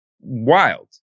wild